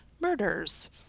murders